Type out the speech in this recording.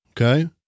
Okay